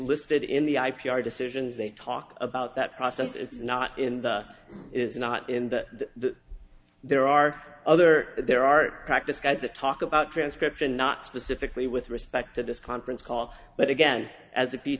listed in the i p r decisions they talk about that process is not in the is not in the there are other there are practice guides the talk about transcription not specifically with respect to this conference call but again as